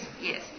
Yes